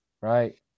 Right